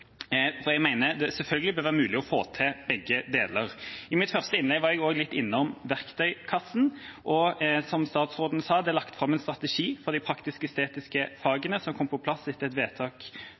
Jeg mener det selvfølgelig bør være mulig å få til begge deler. I mitt første innlegg var jeg også litt innom verktøykassen, og som statsråden sa, er det lagt fram en strategi for de praktisk-estetiske fagene, som kom på plass etter vedtak